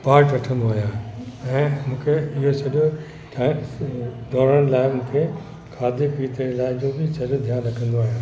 part वठंदो आहियां ऐं मूंखे इहो सॼो ठ डोड़ण लाइ मूंखे खाधे पीते लाइ जो बि सॼो ध्यानु रखंदो आहियां